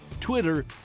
Twitter